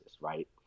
right